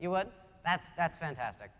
you what that's that's fantastic